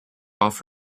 off